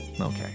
okay